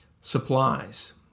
supplies